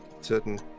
certain